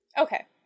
Okay